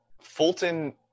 Fulton